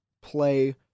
play